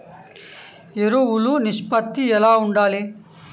ఎరువులు నిష్పత్తి ఎలా ఉండాలి?